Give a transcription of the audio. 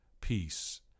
peace